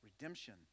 Redemption